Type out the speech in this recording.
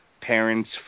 parents